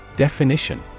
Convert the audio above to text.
Definition